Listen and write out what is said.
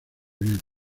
bien